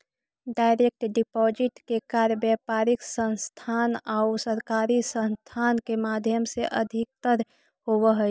direct deposit के कार्य व्यापारिक संस्थान आउ सरकारी संस्थान के माध्यम से अधिकतर होवऽ हइ